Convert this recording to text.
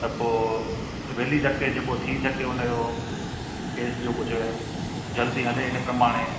त पोइ वेली जके जेको थी सघे हुन जो केस जो कुझु जल्दी हले हिन कमु हाणे